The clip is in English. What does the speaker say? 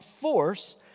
force